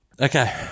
Okay